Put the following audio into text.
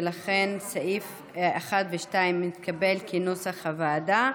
ולכן סעיפים 1 ו-2 נתקבלו כנוסח הוועדה.